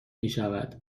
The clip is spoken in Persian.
میشود